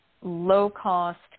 low-cost